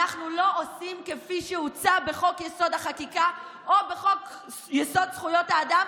אנחנו לא עושים כפי שהוצע בחוק-יסוד: החקיקה או בחוק-יסוד: זכויות האדם,